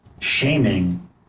shaming